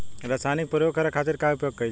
रसायनिक प्रयोग करे खातिर का उपयोग कईल जाइ?